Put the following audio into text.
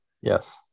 Yes